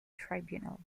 tribunal